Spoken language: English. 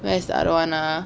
where's the other one ah